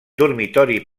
dormitori